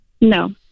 No